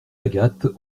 agathe